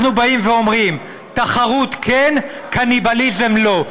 אנחנו באים ואומרים: תחרות, כן, קניבליזם, לא.